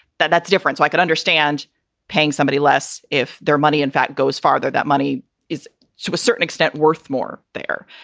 that that's a difference. i can understand paying somebody less if their money, in fact, goes farther. that money is to a certain extent worth more there.